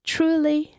Truly